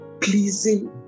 pleasing